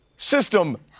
System